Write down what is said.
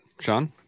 Sean